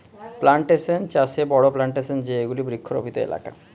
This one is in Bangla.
প্লানটেশন চাষে বড়ো প্লানটেশন এ যেগুলি বৃক্ষরোপিত এলাকা